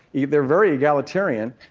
yeah they're very egalitarian.